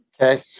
Okay